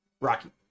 Rocky